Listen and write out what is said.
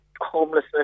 homelessness